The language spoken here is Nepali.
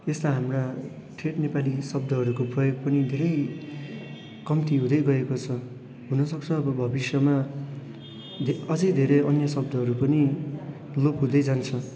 यस्ता हाम्रा ठेट नेपाली शब्दहरूको प्रयोग पनि धेरै कम्ती हुँदै गएको छ हुन सक्छ अब भविष्यमा धे अझै धेरै अन्य शब्दहरू पनि लोप हुँदै जान्छ